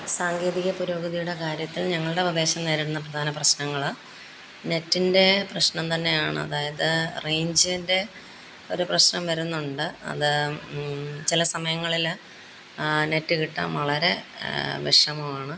സാങ്കേതിക പുരോഗതിയുടെ കാര്യത്തിൽ ഞങ്ങളുടെ പ്രദേശം നേരിടുന്ന പ്രധാന പ്രശ്നങ്ങള് നെറ്റിൻ്റെ പ്രശ്നം തന്നെയാണ് അതായത് റേഞ്ചിൻ്റെ ഒരു പ്രശ്നം വരുന്നുണ്ട് അത് ചെല സമയങ്ങളില് നെറ്റ് കിട്ടാന് വളരെ വിഷമമാണ്